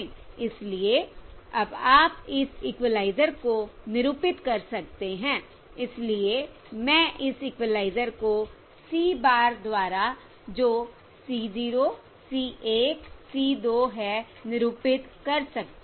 इसलिए अब आप इस इक्विलाइज़र को निरूपित कर सकते हैं इसलिए मैं इस इक्विलाइज़र को C bar द्वारा जो C 0 C 1 C 2 है निरूपित कर सकती हूं